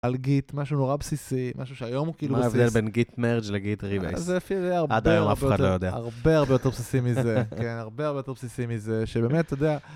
על גיט, משהו נורא בסיסי, משהו שהיום הוא כאילו בסיסי. מה ההבדל בין גיט מרג' לגיט ריבייס? עד היום אף אחד לא יודע, זה אפילו הרבה, הרבה הרבה יותר בסיסי מזה, כן, הרבה הרבה יותר בסיסי מזה, שבאמת, אתה יודע...